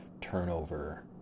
turnover